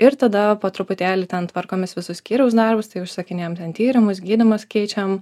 ir tada po truputėlį ten tvarkomės visus skyriaus darbus tai užsakinėjam ten tyrimus gydymus keičiam